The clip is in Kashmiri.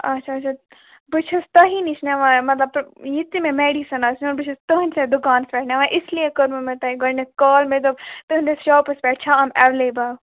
اَچھا اَچھا اَچھا بہٕ چھَس تُہی نِش نِوان مطلب یہِ تہِ مےٚ میڈِسِن آسہِ نِیُن بہٕ چھَس تُہٕنٛدسٕے دُکانس پٮ۪ٹھ نِوان اِس لیے کوٚروٕ مےٚ تۅہہِ گۄڈنٮ۪تھ کال مےٚ دوٚپ تُہٕنٛدِس شاپس پٮ۪ٹھ چھَا یِم ایٚویلیبُل